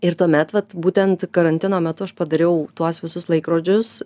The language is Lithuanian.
ir tuomet vat būtent karantino metu aš padariau tuos visus laikrodžius